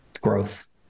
growth